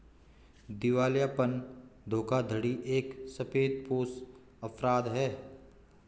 दिवालियापन धोखाधड़ी एक सफेदपोश अपराध है